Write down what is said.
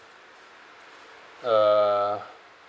uh